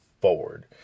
forward